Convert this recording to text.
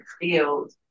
field